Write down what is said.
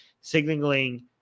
signaling